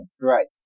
Right